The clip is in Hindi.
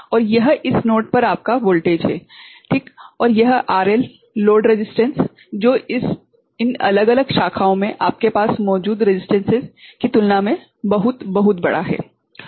और यह इस नोड पर आपका वोल्टेज है ठीक और यह आरएल लोड प्रतिरोध जो इन अलग अलग शाखाओं में आपके पास मौजूद प्रतिरोधों की तुलना में बहुत बहुत बड़ा है